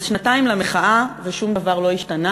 אז שנתיים למחאה ושום דבר לא השתנה?